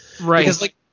Right